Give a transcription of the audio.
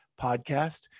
podcast